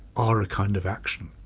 are a kind of action.